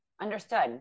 Understood